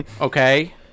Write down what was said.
Okay